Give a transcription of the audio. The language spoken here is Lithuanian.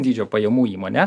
dydžio pajamų įmonė